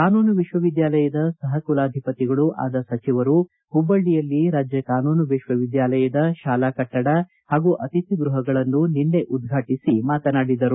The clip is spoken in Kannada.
ಕಾನೂನು ವಿಶ್ವವಿದ್ಯಾಲಯದ ಸಹಕುಲಾಧಿಪತಿಗಳೂ ಆದ ಸಚಿವರು ಹುಬ್ಬಳ್ಳಿಯಲ್ಲಿ ರಾಜ್ಯ ಕಾನೂನು ವಿಶ್ವವಿದ್ಯಾಲಯದ ಶಾಲಾ ಕಟ್ಟಡ ಹಾಗೂ ಅತಿಥಿ ಗ್ರ್ಯಪಗಳನ್ನು ನಿನ್ನೆ ಉದ್ಘಾಟಸಿ ಮಾತನಾಡಿದರು